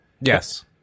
Yes